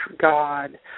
God